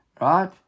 Right